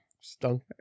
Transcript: Stunk